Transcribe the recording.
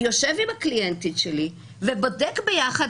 אני יושב עם הקליינטית שלי ובודק ביחד